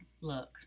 look